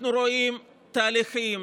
אנחנו רואים תהליכים